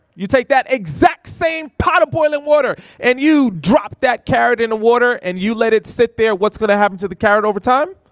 you take that exact same pot of boiling water and you drop that carrot in the water and you let it sit there, what's gonna happen to the carrot over time?